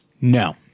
No